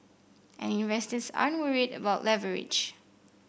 and investors aren't worried about leverage